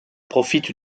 profitent